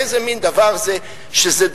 איזה מין דבר זה, שזה דחוף,